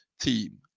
team